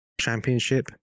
championship